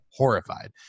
horrified